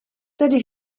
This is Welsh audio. dydy